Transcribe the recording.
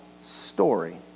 story